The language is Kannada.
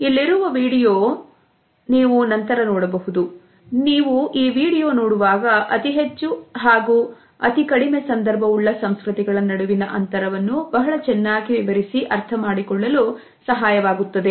ಇಲ್ಲಿರುವ ವಿಡಿಯೋ ನೀವು ಅತಿ ಹೆಚ್ಚು ಹಾಗೂ ಅತಿ ಕಡಿಮೆ ಸಂದರ್ಭ ಉಳ್ಳ ಸಂಸ್ಕೃತಿಗಳ ನಡುವಿನ ಅಂತರವನ್ನು ಬಹಳ ಚೆನ್ನಾಗಿ ವಿವರಿಸಿ ಅರ್ಥಮಾಡಿಕೊಳ್ಳಲು ಸಹಾಯ ಮಾಡುತ್ತದೆ